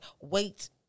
wait